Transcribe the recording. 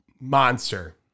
Monster